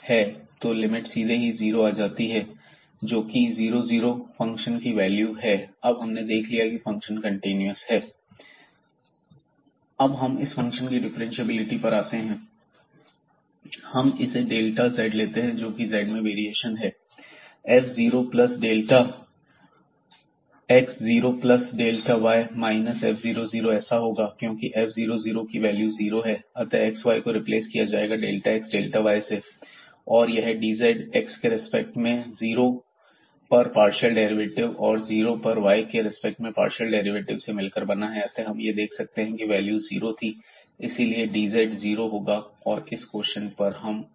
cyanide हवाई नाइट सा फाईनाईट है तो यह लिमिट सीधे ही 0 आ जाती है जोकि 00 फंक्शन की वैल्यू है अब हमने यह देख लिया कि फंक्शन कंटीन्यूअस है अब हम इस फंक्शन की डिफ्रेंशिएबिलिटी पर आते हैं हम इसे डेल्टा z लेते हैं जोकि z में वेरिएशन है f0 plus delta x zero plus delta y minus f00 ऐसा होगा क्योंकि f00 की वैल्यू जीरो है अतः xy को रिप्लेस किया जाएगा डेल्टा x डेल्टा y से और यह dz x के रेस्पेक्ट में जीरो पर पार्शियल डेरिवेटिव और जीरो पर y के रिस्पेक्ट में पार्शियल डेरिवेटिव से मिलकर बना है हम यह देख सकते हैं कि वह वैल्यू जीरो थी और इसीलिए dz जीरो होगा और इस क़ोशिआंट पर अब हम लिमिट लेंगे